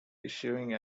issuing